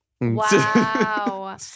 wow